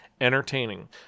entertaining